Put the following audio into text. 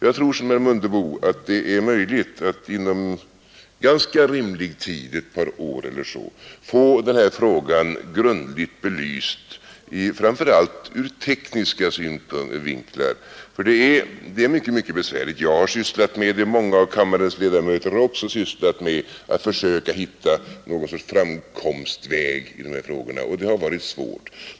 Jag tror som herr Mundebo, att det är möjligt att inom ganska rimlig tid — ett par år eller så — få frågan grundligt belyst framför allt ur tekniska synpunkter, för det är ett mycket besvärligt problem. Jag har sysslat med det och många av kammarens ledamöter har också sysslat med att försöka hitta någon sorts framkomstväg, och det har varit svårt.